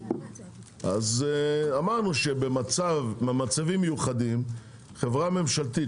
אמרנו שבמצבים מיוחדים חברה ממשלתית,